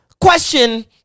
question